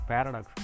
Paradox